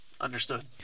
Understood